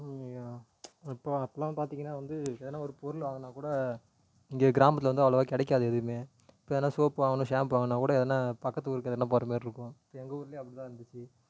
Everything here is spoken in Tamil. ஐயயோ இப்போ அப்போலாம் பார்த்திங்கனா வந்து எதுனா ஒரு பொருள் வாங்குணுன்னாக்கூட இங்கே கிராமத்தில் வந்து அவ்வளோவா கிடைக்காது எதுவுமே இப்போ எதுனா சோப்பு வாங்கணும் ஷாம்பு வாங்குணுன்னாக்கூட எதுனா பக்கத்துக்கு ஊருக்கு எதுனா போகிறது மாரி இருக்கும் இப்போ எங்கள் ஊர்லையும் அப்படி தான் இருந்துச்சு